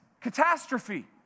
catastrophe